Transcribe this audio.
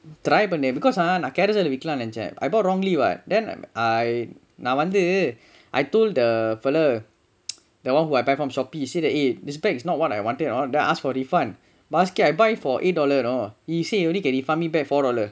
that ah because ah I bought wrongly what then I நா வந்து:naa vanthu I told the fellow that [one] who I buy from Shopee I say eh this bag is not what I wanted can I ask for refund or not basket I buy for eight dollar you know he said he only get refund me back four dollar